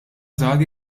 żgħar